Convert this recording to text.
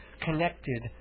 connected